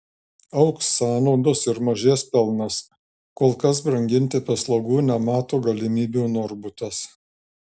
augs sąnaudos ir mažės pelnas kol kas branginti paslaugų nemato galimybių norbutas